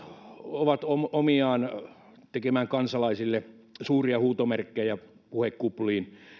ovat omiaan tekemään kansalaisille suuria huutomerkkejä puhekupliin